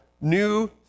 new